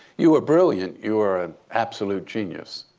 you were brilliant. you were an absolute genius.